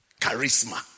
charisma